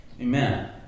Amen